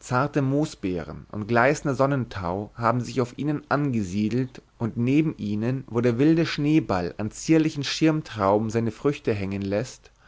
zarte moosbeeren und gleißender sonnentau haben sich auf ihnen angesiedelt und neben ihnen wo der wilde schneeball an zierlichen schirmtrauben seine früchte hangen läßt